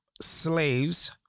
slaves